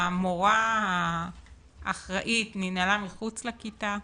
המורה האחראית ננעלה מחוץ לכיתה,